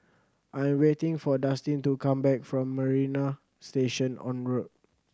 I am waiting for Dustin to come back from Marina Station Road